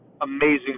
amazing